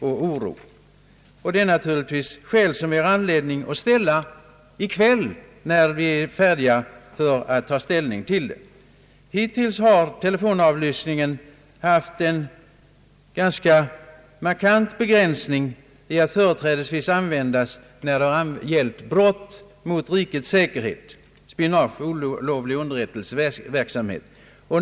Detta är naturligtvis frågor som det är anledning att ställa i kväll, när vi är färdiga att ta ställning till förslaget. Hittills har telefonavlyssningen haft en ganska markant begränsning, då denna åtgärd vidtagits företrädesvis när det gällt brott mot rikets säkerhet — spionage och olovlig underrättelseverksamhet.